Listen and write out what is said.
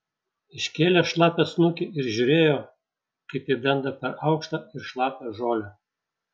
iškėlė šlapią snukį ir žiūrėjo kaip ji brenda per aukštą ir šlapią žolę